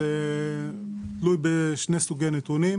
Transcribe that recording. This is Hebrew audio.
זה תלוי בשני סוגי נתונים